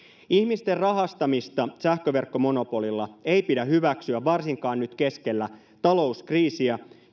ihmisten rahastamista sähköverkkomonopolilla ei pidä hyväksyä varsinkaan nyt keskellä talouskriisiä